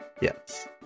Yes